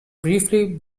briefly